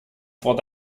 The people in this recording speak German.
vor